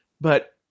But-